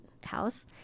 house